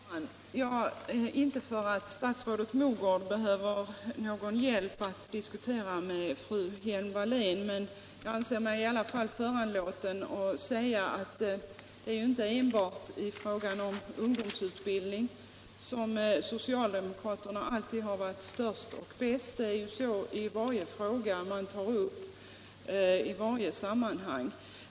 Herr talman! Inte för att statsrådet Mogård behöver någon hjälp att diskutera med fru Hjelm-Wallén, men jag anser mig i alla fall föranlåten att säga att det inte enbart är i fråga om ungdomsutbildningen som socialdemokraterna anser sig ha varit störst och bäst — det är ju så i varje fråga man tar upp i varje sammanhang.